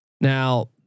Now